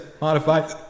modified